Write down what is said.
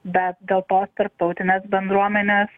bet dėl tos tarptautinės bendruomenės